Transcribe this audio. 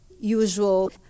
usual